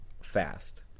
fast